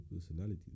personality